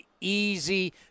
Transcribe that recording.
easy